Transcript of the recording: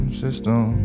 system